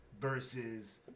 versus